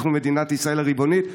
אנחנו מדינת ישראל הריבונית.